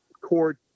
court